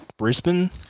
Brisbane